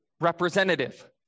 representative